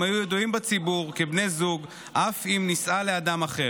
היו ידועים בציבור כבני זוג אף אם נישאה לאדם אחר.